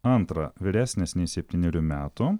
antra vyresnis nei septynerių metų